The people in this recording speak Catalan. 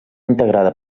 integrada